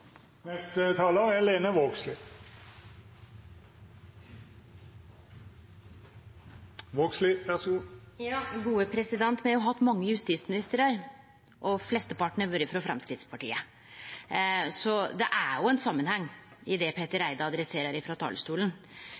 Me har jo hatt mange justisministrar, og flesteparten har vore frå Framstegspartiet, så det er jo ein samanheng i det Petter Eide adresserer